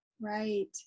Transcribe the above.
Right